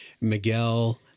Miguel